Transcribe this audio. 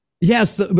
yes